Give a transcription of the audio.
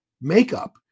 makeup